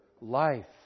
life